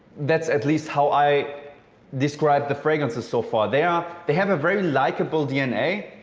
that's at least how i describe the fragrances so far. they um they have a very likeable dna.